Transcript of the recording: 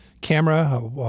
camera